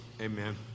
Amen